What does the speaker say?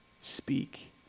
Speak